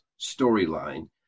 storyline